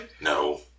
No